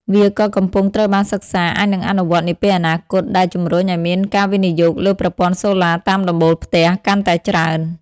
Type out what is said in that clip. វាក៏កំពុងត្រូវបានសិក្សាអាចនឹងអនុវត្តនាពេលអនាគត ដែលជំរុញឱ្យមានការវិនិយោគលើប្រព័ន្ធសូឡាតាមដំបូលផ្ទះ កាន់តែច្រើន។